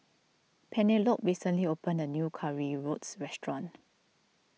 Penelope recently opened a new Currywurst restaurant